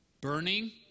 burning